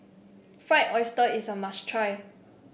Fried Oyster is a must try